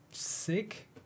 Sick